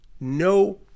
no